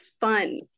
fun